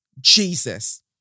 Jesus